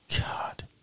God